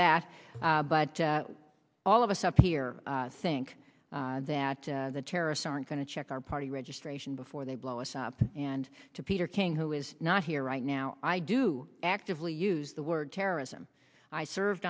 that but all of us up here think that the terrorists aren't going to check our party registration before they blow us up and to peter king who is not here right now i do actively use the word terrorism i served